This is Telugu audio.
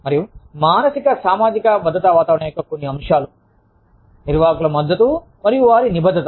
మరియు మానసిక సామాజిక భద్రతా వాతావరణం యొక్క కొన్ని అంశాలు నిర్వాహకుల మద్దతు మరియు వారి నిబద్ధత